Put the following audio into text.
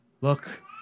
look